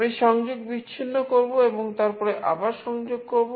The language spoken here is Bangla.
আমি সংযোগ বিচ্ছিন্ন করব এবং তারপরে আবার সংযোগ করব